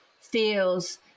feels